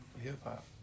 hip-hop